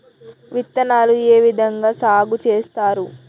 విత్తనాలు ఏ విధంగా సాగు చేస్తారు?